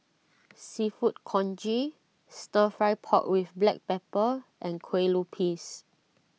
Seafood Congee Stir Fry Pork with Black Pepper and Kueh Lupis